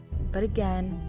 but again,